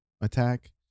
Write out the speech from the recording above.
attack